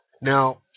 Now